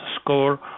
score